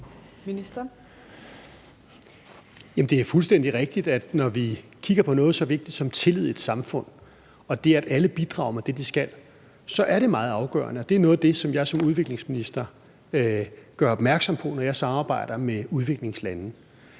det er fuldstændig rigtigt, at når vi kigger på noget så vigtigt som tillid i et samfund og det, at alle bidrager med det, de skal, så er det meget afgørende, og det er noget af det, som jeg som udviklingsminister gør opmærksom på, når jeg samarbejder med udviklingslande.